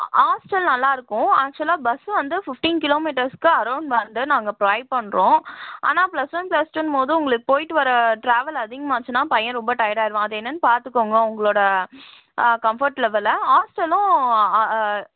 hostel நல்லாருக்கும் ஆக்சுவலா bus வந்து ஃபிஃப்ட்டின் கிலோமீட்டர்ஸ்க்கு அரௌண்ட் வந்து நாங்கள் ப்ரொவைட் பண்ணுறோம் ஆனால் ப்ளஸ் ஒன் ப்ளஸ் டூன்னும்போது உங்களுக்கு போயிவிட்டு வர ட்ராவல் அதிகமாச்சுன்னா பையன் ரொம்ப டயர்ட் ஆயிடுவான் அது என்னன்னு பார்த்துக்கோங்க உங்களோட கம்ஃபோர்ட் லெவல் ஹாஸ்டலும்